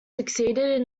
succeeded